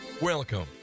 Welcome